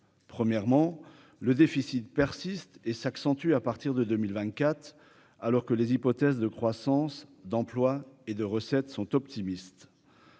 premièrement, le déficit persiste et s'accentuer à partir de 2000 vingt-quatre alors que les hypothèses de croissance, d'emploi et de recettes sont optimistes,